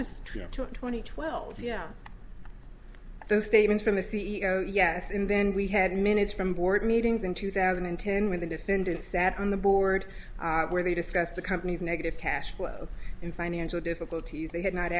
and twelve you know those statements from the c e o yes and then we had minutes from board meetings in two thousand and ten when the defendant sat on the board where they discussed the company's negative cash flow in financial difficulties they had not